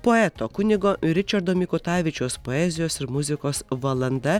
poeto kunigo ričardo mikutavičiaus poezijos ir muzikos valanda